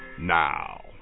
now